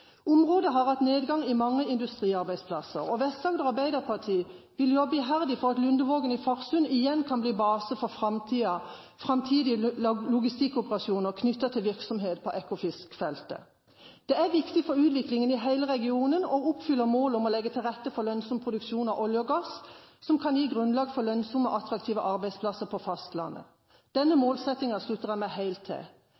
Området har hatt nedgang i mange industriarbeidsplasser, og Vest-Agder Arbeiderparti vil jobbe iherdig for at Lundevågen i Farsund igjen kan bli base for framtidige logistikkoperasjoner knyttet til virksomhet på Ekofiskfeltet. Det er viktig for utviklingen i hele regionen og oppfyller målet om å legge til rette for lønnsom produksjon av olje og gass, som kan gi grunnlag for lønnsomme og attraktive arbeidsplasser på fastlandet. Denne